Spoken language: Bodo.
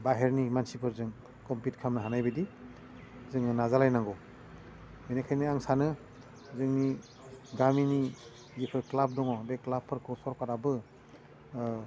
बाइहेरनि मानसिफोरजों कमपिट खालामनो हानाबायदि जोङो नाजालायनांगौ बेनिखायनो आं सानो जोंनि गामिनि जिफोर क्लाब दङ बे क्लाबफोरखौ सरकाराबो